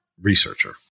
researcher